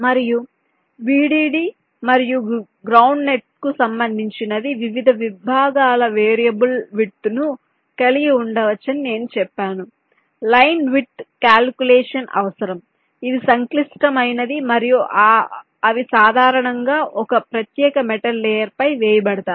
మరియు Vdd మరియు ground నెట్కు సంబంధించినది వివిధ విభాగాలు వేరియబుల్ వెడల్పును కలిగి ఉండవచ్చని నేను చెప్పాను లైన్ వెడల్పు కాల్కులేషన్ అవసరం ఇది సంక్లిష్టమైనది మరియు అవి సాధారణంగా ఒక ప్రత్యేక మెటల్ లేయర్ పై వేయబడతాయి